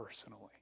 personally